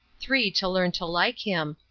three to learn to like him,